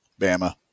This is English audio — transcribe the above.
Bama